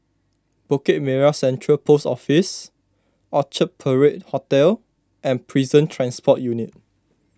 Bukit Merah Central Post Office Orchard Parade Hotel and Prison Transport Unit